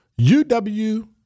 UW